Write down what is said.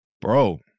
Bro